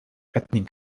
ethnic